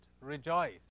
rejoice